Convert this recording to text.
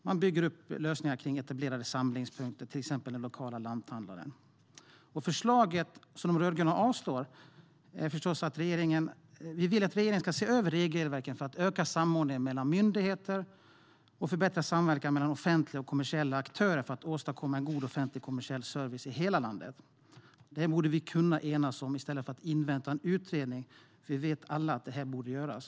Man bygger upp lösningar kring etablerade samlingspunkter, till exempel den lokala lanthandlaren. Förslaget, som de rödgröna avstyrker, är att vi vill att regeringen ska se över regelverken för att öka samordningen mellan myndigheter och förbättra samverkan mellan offentliga och kommersiella aktörer för att åstadkomma en god offentlig och kommersiell service i hela landet. Det borde vi kunna enas om i stället för att invänta en utredning. Vi vet alla att det borde göras.